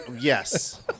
yes